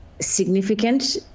significant